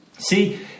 See